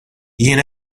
jien